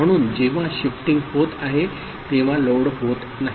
म्हणून जेव्हा शिफ्टिंग होत आहे तेव्हा लोड होत नाही